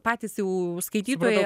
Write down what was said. patys jau skaitytojai